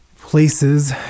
places